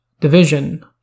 Division